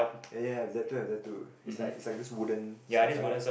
yea yea have that too have that too is like is like this wooden stuff right